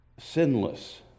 sinless